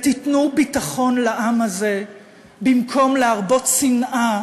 תיתנו ביטחון לעם הזה במקום להרבות שנאה